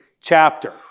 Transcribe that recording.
chapter